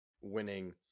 winning